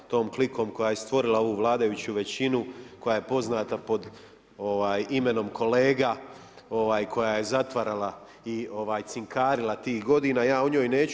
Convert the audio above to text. Tom klikom koja je i stvorila ovu vladajuću većinu koja je poznata pod imenom kolega, koja je zatvarala i cinkarila tih godina, ja o njoj neću.